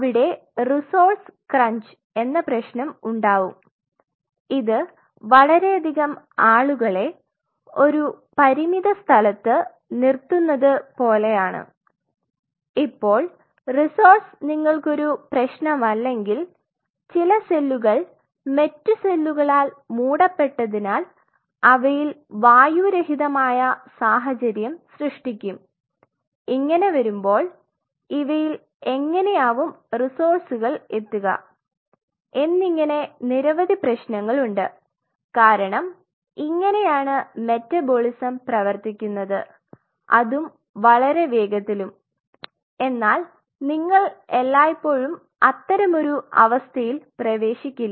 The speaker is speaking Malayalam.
അവിടെ റിസോഴ്സ് ക്രഞ്ച് എന്ന പ്രശ്നം ഉണ്ടാവും ഇത് വളരെയധികം ആളുകളെ ഒരു പരിമിത സ്ഥലത്ത് നിർത്തുന്നത് പോലെയാണ് ഇപ്പോൾ റിസോഴ്സ് നിങ്ങൾക്ക് ഒരു പ്രശ്നമല്ലെങ്കിൽ ചില സെല്ലുകൾ മറ്റു സെല്ലുകളാൽ മൂടപ്പെട്ടതിനാൽ അവയിൽ വായുരഹിതമായ സാഹചര്യം സൃഷ്ടിക്കും ഇങ്ങനെ വരുമ്പോൾ ഇവയിൽ എങ്ങനെയാവും റിസോഴ്സുകൾ എത്തുക എന്നിങ്ങനെ നിരവധി പ്രശ്നങ്ങളുണ്ട് കാരണം ഇങ്ങനെയാണ് മെറ്റബോളിസം പ്രവർത്തിക്കുന്നത് അതും വളരെ വേഗത്തിലും എന്നാൽ നിങ്ങൾ എല്ലായ്പ്പോഴും അത്തരമൊരു ഒരു അവസ്ഥയിൽ പ്രവേശിക്കില്ല